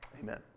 Amen